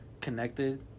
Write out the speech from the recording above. connected